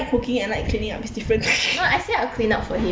no I say I'll clean up for him